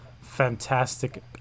fantastic